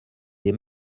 des